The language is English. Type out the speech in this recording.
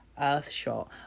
Earthshot